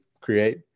create